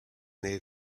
near